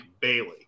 Bailey